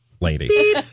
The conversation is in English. Lady